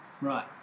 Right